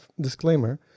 disclaimer